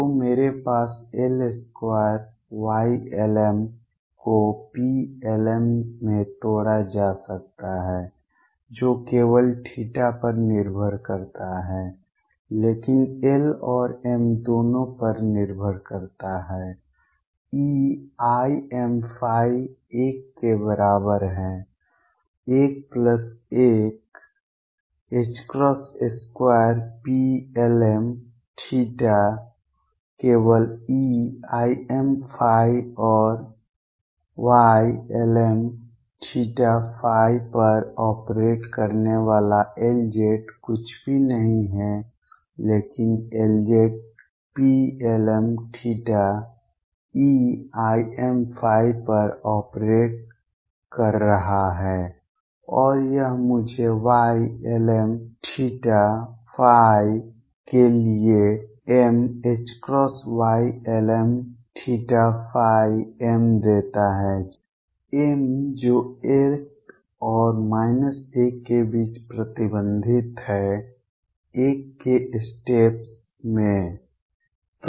तो मेरे पास L2 Ylm को Plm में तोड़ा जा सकता है जो केवल θ पर निर्भर करता है लेकिन L और m दोनों पर निर्भर करता है eimϕ l के बराबर है l 1 2Plmθ केवल eimϕ और Ylmθϕ पर ऑपरेट करने वाला Lz कुछ भी नहीं है लेकिन Lz Plmθ eimϕ पर ऑपरेट कर रहा है और यह मुझे Ylmθϕ के लिए mℏYlmθϕ m देता है m जो l और l के बीच प्रतिबंधित है 1 के स्टेप्स में